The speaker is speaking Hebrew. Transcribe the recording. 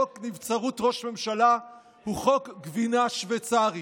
חוק נבצרות ראש ממשלה הוא חוק גבינה שווייצרית.